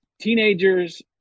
teenagers